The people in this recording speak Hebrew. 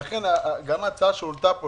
לכן גם ההצעה שהועלתה פה